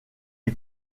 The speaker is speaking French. est